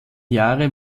jahre